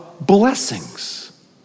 blessings